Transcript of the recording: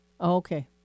Okay